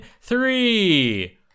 three